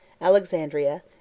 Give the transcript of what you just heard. Alexandria